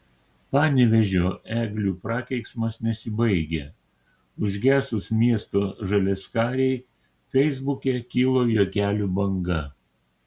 panevėžio eglių prakeiksmas nesibaigia užgesus miesto žaliaskarei feisbuke kilo juokelių banga